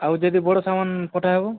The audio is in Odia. ଆଉ ଯଦି ବଡ଼ ସାମାନ୍ ପଠାହେବ